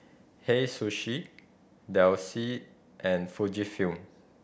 Hei Sushi Delsey and Fujifilm